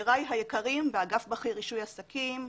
וחבריי היקרים באגף בכיר רישוי עסקים,